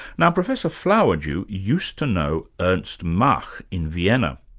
now professor flowerdew used to know ernst mach in vienna,